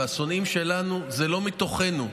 והשונאים שלנו זה לא מתוכנו,